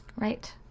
Right